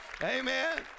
Amen